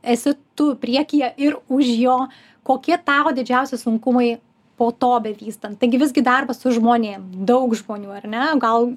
esi tu priekyje ir už jo kokie tau didžiausi sunkumai po to bevystant taigi visgi darbas su žmonėm daug žmonių ar ne gal